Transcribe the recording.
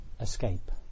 escape